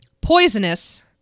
poisonous